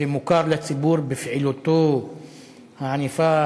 שמוכר לציבור בפעילותו הענפה